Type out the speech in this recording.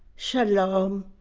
shalom,